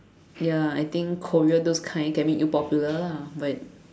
ya I think Korea those kind can make you popular lah but